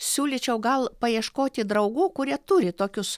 siūlyčiau gal paieškoti draugų kurie turi tokius